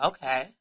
Okay